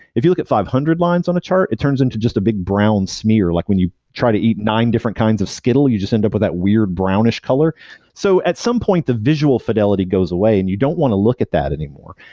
if you look at five hundred lines on a chart, it turns into just a big brown smear, like when you try to eat nine different kinds of skittle, you just end up with that weird brownish color so at some point, the visual fidelity goes away and you don't want to look at that anymore.